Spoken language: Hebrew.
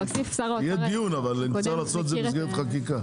יהיה דיון אבל נצטרך לעשות את זה במסגרת החקיקה.